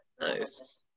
Nice